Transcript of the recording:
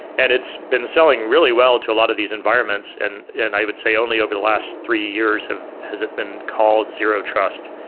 and it's been selling really well to a lot of these environments. and yeah and i would say only over the last three years has it been called zero trust.